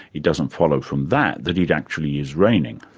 it doesn't follow from that that it actually is raining.